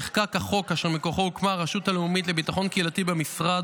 נחקק החוק אשר מכוחו הוקמה הרשות הלאומית לביטחון קהילתי במשרד,